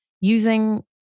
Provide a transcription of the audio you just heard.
using